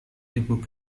ibu